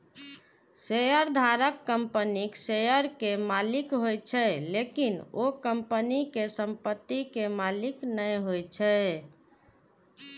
शेयरधारक कंपनीक शेयर के मालिक होइ छै, लेकिन ओ कंपनी के संपत्ति के मालिक नै होइ छै